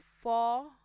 four